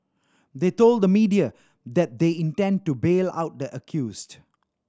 they told the media that they intend to bail out the accused